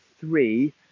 three